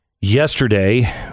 Yesterday